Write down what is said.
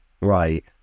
Right